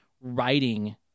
writing